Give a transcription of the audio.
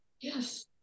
yes